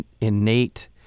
innate